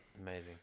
Amazing